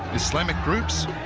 islamic groups,